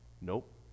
Nope